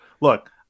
Look